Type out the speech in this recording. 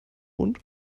mund